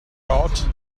out